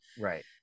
right